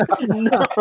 no